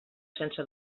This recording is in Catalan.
sense